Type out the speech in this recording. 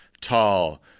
tall